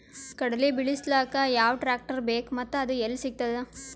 ಕಡಲಿ ಬಿಡಿಸಲಕ ಯಾವ ಟ್ರಾಕ್ಟರ್ ಬೇಕ ಮತ್ತ ಅದು ಯಲ್ಲಿ ಸಿಗತದ?